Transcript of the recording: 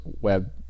web